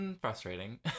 frustrating